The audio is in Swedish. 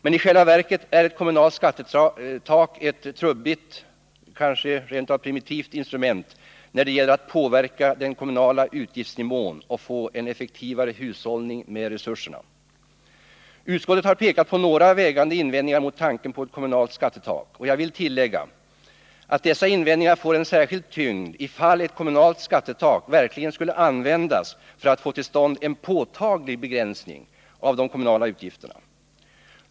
Meni själva verket är ett kommunalt skattetak ett trubbigt — kanske rent av primitivt — instrument när det gäller att påverka den kommunala utgiftsnivån och få effektivare hushållning med resurserna. Utskottet har pekat på några vägande invändningar mot tanken på ett kommunalt skattetak. Jag vill tillägga att dessa invändningar får en särskild tyngd ifall ett kommunalt skattetak verkligen skulle användas för att få till stånd en påtaglig begränsning av de kommunala utgifterna.